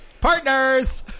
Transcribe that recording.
Partners